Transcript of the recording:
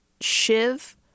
Shiv